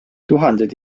tuhanded